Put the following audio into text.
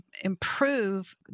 improve